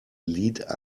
lead